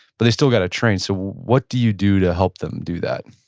but they still got to train. so, what do you do to help them do that?